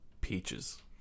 peaches